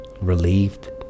Relieved